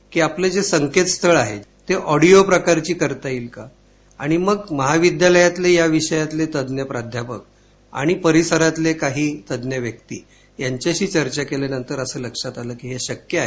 की आपलं जे संकेतस्थळ आहे ते ऑडियो प्रकारचं करता येईल का आणि मग महाविद्यालयातले या विषयातले तज्ञ प्राध्यापक आणि परीसरातले काही तज्ञ व्यक्ती यांच्याशी चर्चा केल्यानंतर असं लक्षात आलं की हे शक्य आहे